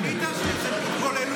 ענית שזו התבוללות.